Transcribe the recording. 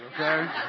okay